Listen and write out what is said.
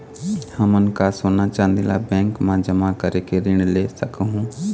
हमन का सोना चांदी ला बैंक मा जमा करके ऋण ले सकहूं?